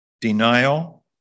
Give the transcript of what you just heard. denial